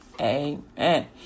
Amen